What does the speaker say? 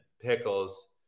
pickles